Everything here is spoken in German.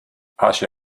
asche